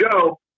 go